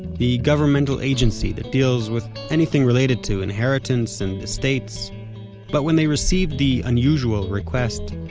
the governmental agency that deals with anything related to inheritance and estates but when they received the unusual request,